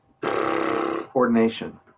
coordination